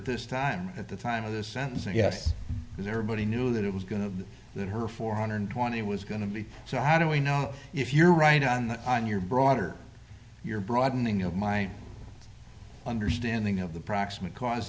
this time at the time of the sentence and yes because everybody knew that it was going to that her four hundred twenty was going to be so how do we know if you're right on the on your broader your broadening of my understanding of the proximate cause